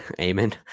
Amen